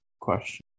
question